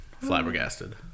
flabbergasted